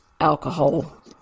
alcohol